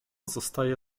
zostaje